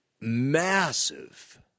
massive